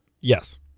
Yes